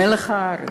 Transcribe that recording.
מלח הארץ,